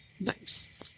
Nice